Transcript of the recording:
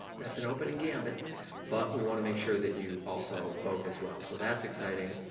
that's an opening gambit but we wanna make sure that you also vote as well. so, that's exciting.